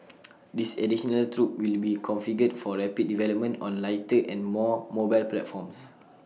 this additional troop will be configured for rapid development on lighter and more mobile platforms